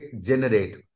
generate